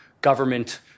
government